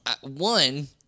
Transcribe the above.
one